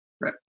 Right